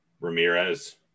Ramirez